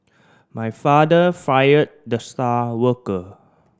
my father fired the star worker